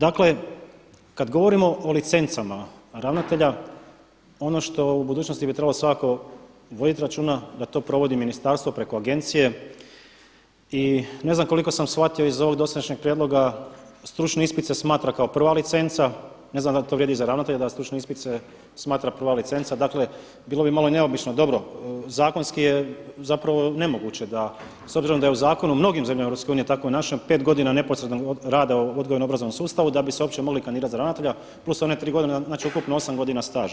Dakle, kad govorimo o licencama ravnatelja ono što u budućnosti bi trebalo svakako voditi računa da to provodi ministarstvo preko agencije i ne znam koliko sam shvatio iz ovog dosadašnjeg prijedloga stručni ispit se smatra kao prva licenca, ne znam da li to vrijedi i za ravnatelje da stručni ispit se smatra prva licenca, dakle bilo bi malo neobično, dobro zakonski je zapravo nemoguće da s obzirom da je u zakonu u mnogim zemljama Europske unije tako i u našem pet godina neposrednog rada u odgojno-obrazovnom sustavu da bi se uopće mogli kandidirati za ravnatelja plus one tri godine, znači ukupno osam godina staža.